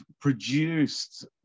produced